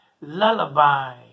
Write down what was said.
lullaby